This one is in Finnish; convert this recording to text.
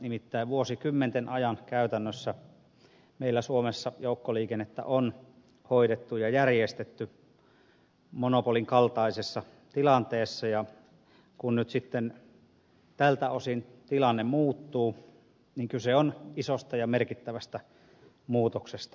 nimittäin vuosikymmenten ajan käytännössä meillä suomessa joukkoliikennettä on hoidettu ja järjestetty monopolin kaltaisessa tilanteessa ja kun nyt sitten tältä osin tilanne muuttuu niin kyse on isosta ja merkittävästä muutoksesta joukkoliikenteessä